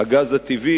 הגז הטבעי,